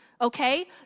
okay